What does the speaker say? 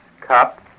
cup